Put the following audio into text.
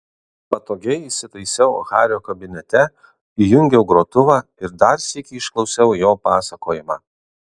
patogiai įsitaisiau hario kabinete įjungiau grotuvą ir dar sykį išklausiau jo pasakojimą